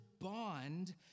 bond